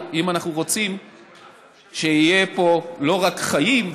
אם אנחנו רוצים שיהיו פה לא רק חיים,